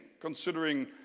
considering